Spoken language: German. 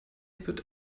wird